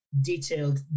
detailed